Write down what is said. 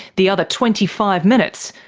the other twenty five minutes,